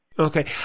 Okay